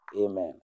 Amen